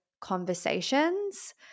conversations